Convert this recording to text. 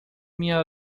minha